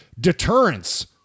Deterrence